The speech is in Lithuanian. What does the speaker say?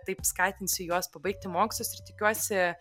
taip skatinsiu juos pabaigti mokslus ir tikiuosi